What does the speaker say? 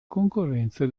concorrenza